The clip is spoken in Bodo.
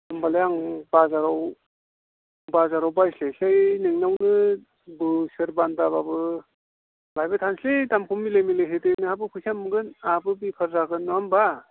होमब्लालाय आं बाजाराव बाजाराव बायस्लायस्लाय नोंनावनो बोसोर बान्दाबाबो लायबाय थानोसैलै दामखो मिलाय मिलाय होदो नोंहाबो फैसा मोनगोन आंहाबो बेफार जागोन नङा होमब्ला